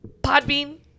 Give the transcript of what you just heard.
Podbean